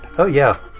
oh yeah,